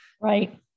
Right